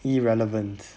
irrelevance